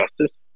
justice